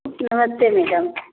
जी नमस्ते मैडम